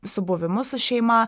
su buvimu su šeima